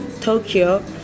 Tokyo